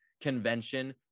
convention